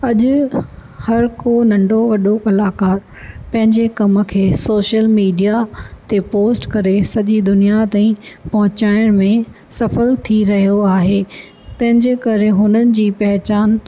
अॼु हर को नंढो वॾो कलाकारु पंहिंजे कमु खे सोशल मीडिया ते पोस्ट करे सॼी दुनिया ताईं पहुचाइण में सफ़ल थी रहियो आहे तंहिंजे करे हुननि जी पहचान